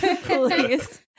Please